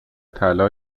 طلا